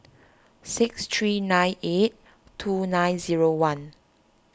six three nine eight two nine zero one